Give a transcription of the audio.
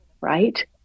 right